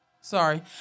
Sorry